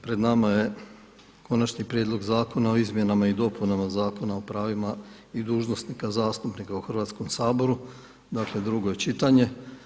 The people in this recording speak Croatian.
Pred nama je Konačni prijedlog zakona o Izmjenama i dopunama zakona o pravima i dužnosnika zastupnika u Hrvatskom saboru, dakle drugo je čitanje.